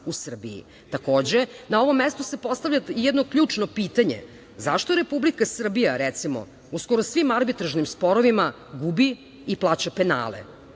u Srbiji? Takođe, na ovom mestu se postavlja i jedno ključno pitanje - zašto Republika Srbija, recimo, u skoro svim arbitražnim sporovima gubi i plaća penale?